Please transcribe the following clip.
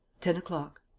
ten o'clock.